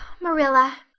marilla,